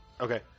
Okay